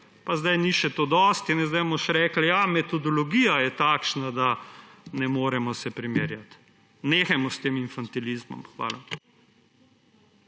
Pa zdaj to ni še dosti, zdaj bomo še rekli, ja, metodologija je takšna, da ne se moremo primerjati. Nehajmo s tem infantilizmom. Hvala.